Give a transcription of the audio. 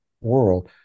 world